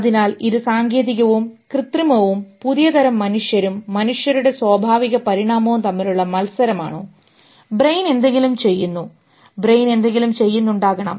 അതിനാൽ ഇത് സാങ്കേതികവും കൃത്രിമവും പുതിയ തരം മനുഷ്യരും മനുഷ്യരുടെ സ്വാഭാവിക പരിണാമവും തമ്മിലുള്ള മൽസരമാണോ ബ്രെയിൻ എന്തെങ്കിലും ചെയ്യുന്നു ബ്രെയിൻ എന്തെങ്കിലും ചെയ്യുന്നുണ്ടാകണം